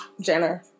Jenner